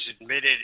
admitted